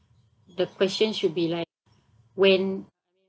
the question should be like when